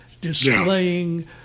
displaying